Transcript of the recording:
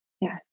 Yes